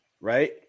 Right